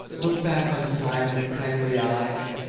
look back on time with kindly eyes,